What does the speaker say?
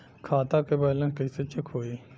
खता के बैलेंस कइसे चेक होई?